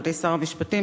אדוני שר המשפטים,